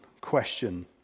question